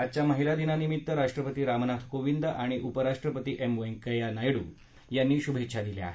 आजच्या महिला दिनानिमित्त राष्ट्रपती रामनाथ कोविंद आणि उपराष्ट्रपती एम व्यंकैय्या नायडू यांनी शुभेच्छा दिल्या आहेत